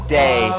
day